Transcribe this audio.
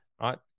right